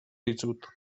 dizut